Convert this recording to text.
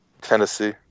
Tennessee